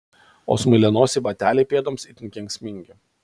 o smailianosiai bateliai pėdoms itin kenksmingi